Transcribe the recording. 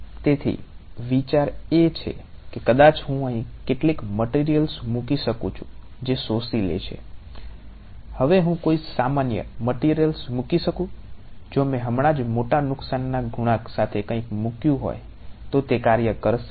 તેથી વિચાર એ છે કે કદાચ હું અહીં કેટલીક મટીરીયલ્સ મૂકી શકું છું જે શોષી લે છે હવે હું કોઈ સામાન્ય સાથે કંઈક મૂક્યું હોય તો તે કાર્ય કરશે